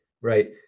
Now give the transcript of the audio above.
Right